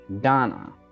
Donna